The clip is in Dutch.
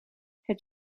het